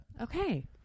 Okay